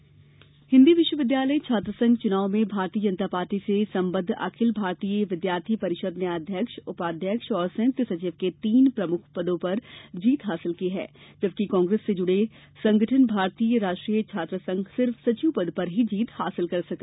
छात्रसंघ चुनाव दिल्ली विश्वविद्यालय छात्रसंघ चुनाव में भारतीय जनता पार्टी से संबंद्व अखिल भारतीय विद्यार्थी परिषद ने अध्यक्ष उपाध्यक्ष और संयुक्त सचिव के तीन प्रमुखों पदों पर जीत हासिल की है जबकि कांग्रेस से जुड़े संगठन भारतीय राष्ट्रीय छात्र संगठन सिर्फ सचिव पद पर ही जीत हासिल कर सका